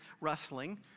rustling